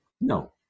No